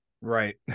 Right